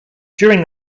during